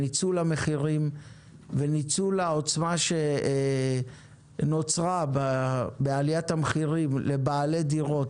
ניצול המחירים וניצול העוצמה שנוצרה בעליית המחירים לבעלי דירות,